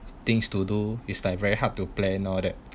things to do is like very hard to plan all that